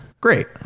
Great